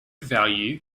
value